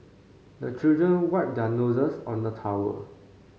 the children wipe their noses on the towel